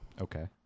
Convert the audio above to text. Okay